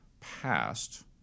passed